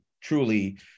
truly